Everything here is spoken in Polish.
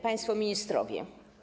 Państwo Ministrowie!